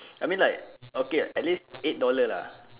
I mean like okay at least eight dollar lah